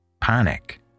panic